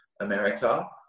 America